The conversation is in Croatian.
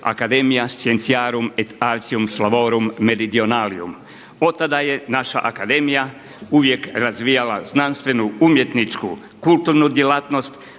Academia sciencarum et acium slavorum medidionarium. Otada je naša akademija uvijek razvijala znanstvenu, umjetničku, kulturnu djelatnost,